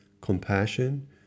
compassion